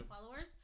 followers